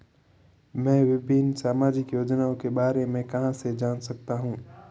मैं विभिन्न सामाजिक योजनाओं के बारे में कहां से जान सकता हूं?